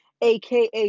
aka